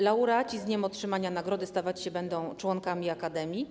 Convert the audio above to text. Laureaci z dniem otrzymania nagrody stawać się będą członkami akademii.